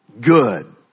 good